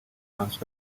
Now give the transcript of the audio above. françois